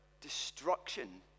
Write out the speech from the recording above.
destruction